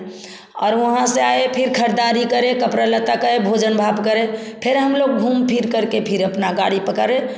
और वहाँ से आए फिर खरीदारी करें कपड़ा लत्ता गए भोजन भाप करें फिर हम लोग घूम फिर करके फिर अपना गाड़ी पकड़े